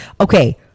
okay